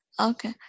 Okay